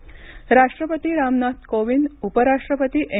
आदरांपली राष्ट्रपती रामनाथ कोविंद उपराष्ट्रपती एम